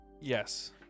yes